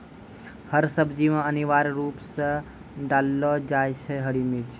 हर सब्जी मॅ अनिवार्य रूप सॅ डाललो जाय छै हरी मिर्च